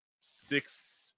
six